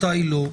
מתי לא.